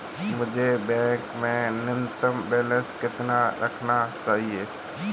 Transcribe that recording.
मुझे बैंक में न्यूनतम बैलेंस कितना रखना चाहिए?